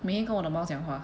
每天跟我的猫讲话